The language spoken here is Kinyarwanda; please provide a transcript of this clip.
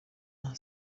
nka